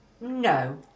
No